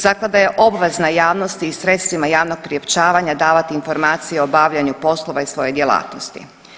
Zaklada je obvezna javnosti i sredstvima javnog priopćavanja davati informacije o obavljanju poslova iz svoje djelatnosti.